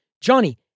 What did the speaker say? Johnny